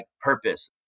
purpose